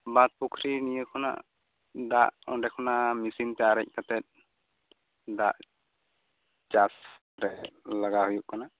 ᱵᱟᱸᱫᱽ ᱯᱩᱠᱷᱩᱨᱤ ᱱᱤᱭᱟᱹ ᱠᱷᱚᱱᱟᱜ ᱫᱟᱜ ᱚᱸᱰᱮ ᱠᱷᱚᱱᱟᱜ ᱢᱮᱥᱤᱱ ᱛᱮ ᱟᱨᱮᱡ ᱠᱟᱛᱮᱫ ᱫᱟᱜ ᱪᱟᱥ ᱨᱮ ᱞᱟᱜᱟᱣ ᱦᱳᱭᱳᱜ ᱠᱟᱱᱟ